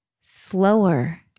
slower